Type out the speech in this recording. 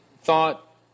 thought